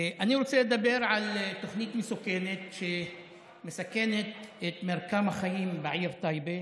אני רוצה לדבר על תוכנית מסוכנת שמסכנת את מרקם החיים בעיר טייבה